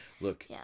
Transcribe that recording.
look